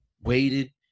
waited